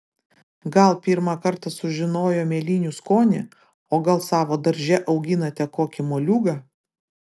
gal pirmą kartą sužinojo mėlynių skonį o gal savo darže auginate kokį moliūgą